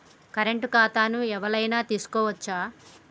Current ఖాతాను ఎవలైనా తీసుకోవచ్చా?